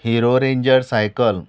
hero ranger cycle